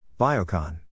Biocon